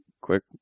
quick